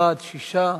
בעד, 6,